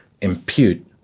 impute